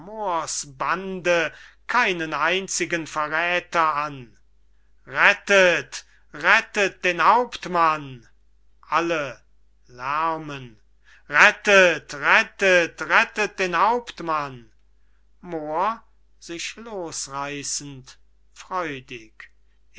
bande keinen einzigen verräther an rettet rettet den hauptmann alle lermen rettet rettet rettet den hauptmann moor